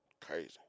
crazy